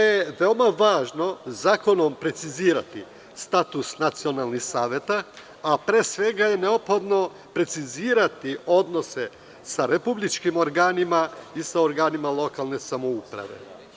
Veoma je važno zakonom precizirati status nacionalnih saveta, a pre svega je neophodno precizirati odnose sa republičkim organima lokalne samouprave.